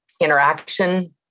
Interaction